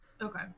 Okay